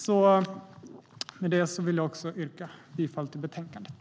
Jag yrkar bifall till förslaget i betänkandet.